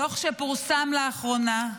הדוח שפורסם לאחרונה,